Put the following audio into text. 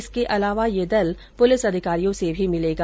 इसके अलावा यह दल पुलिस अधिकारियों से भी मिलेगा